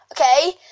Okay